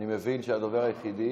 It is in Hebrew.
אני מבין שהדובר היחיד,